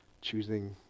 choosing